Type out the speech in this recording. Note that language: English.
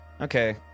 Okay